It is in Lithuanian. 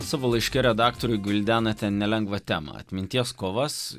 savo laiške redaktoriui gvildenate nelengvą temą atminties kovas